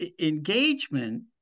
engagement